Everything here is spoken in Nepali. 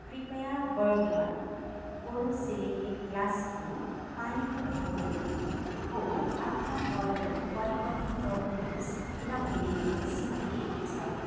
कृपया बर्गनर बोरोसिलिकेट ग्लासको पानीको बोतलको आफ्नो अर्डर परिवर्तन गर्नुहोस् किनभने यो सिद्धिएको छ